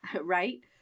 right